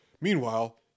meanwhile